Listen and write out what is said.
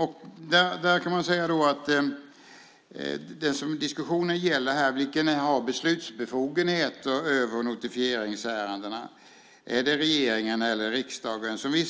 Man kan då säga att det som diskussionen gäller är vem som har beslutsbefogenheter över notifieringsärendena. Är det regeringen eller riksdagen? Som vi